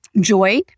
joy